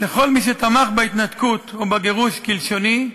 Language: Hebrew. לכל מי שתמך בהתנתקות, או בגירוש, כלשוני,